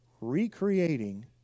recreating